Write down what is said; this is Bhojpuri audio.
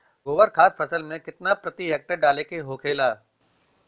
गोबर खाद फसल में कितना प्रति हेक्टेयर डाले के होखेला?